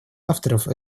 авторов